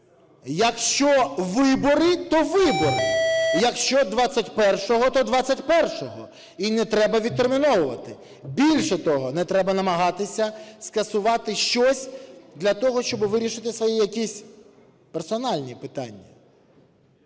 якщо вибори – то вибори, якщо 21-го – то 21-го. І не треба відтерміновувати. Більше того, не треба намагатися скасувати щось для того, щоби вирішити свої якісь персональні питання.